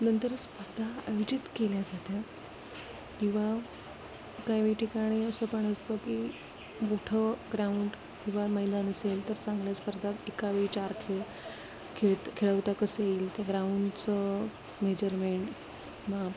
नंतर स्पर्धा आयोजित केल्या जात्या किंवा काही वे ठिकाणी असं पण असतं की मोठं ग्राउंड किंवा मैदान असेल तर चांगल्या स्पर्धा एकावेळी चार खेळ खेळत खेळवता कसं येईल त्या ग्राउंडचं मेजरमेंट माप